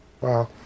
Wow